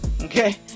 okay